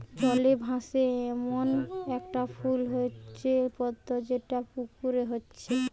জলে ভাসে এ্যামন একটা ফুল হচ্ছে পদ্ম যেটা পুকুরে হচ্ছে